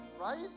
Right